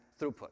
throughput